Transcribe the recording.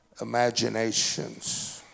imaginations